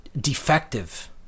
defective